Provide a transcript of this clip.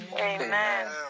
Amen